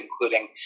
including